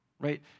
right